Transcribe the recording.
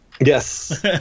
Yes